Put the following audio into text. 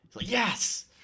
yes